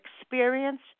experience